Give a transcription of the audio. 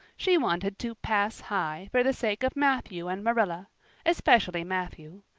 she wanted to pass high for the sake of matthew and marilla especially matthew.